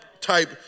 type